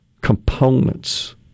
components